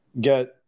get